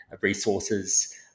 resources